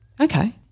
Okay